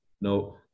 no